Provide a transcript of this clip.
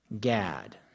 Gad